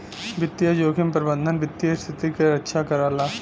वित्तीय जोखिम प्रबंधन वित्तीय स्थिति क रक्षा करला